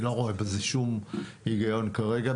אני לא רואה בזה שום היגיון כרגע.